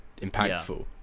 impactful